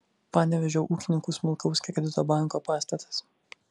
panevėžio ūkininkų smulkaus kredito banko pastatas